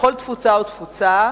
לכל תפוצה ותפוצה,